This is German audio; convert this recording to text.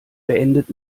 beendet